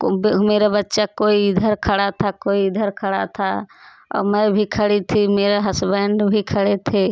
को मेरा बच्चा कोई इधर खड़ा था कोई इधर खड़ा था और मैं भी खड़ी थी मेरा हस्बैंड भी खड़े थे